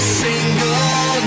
single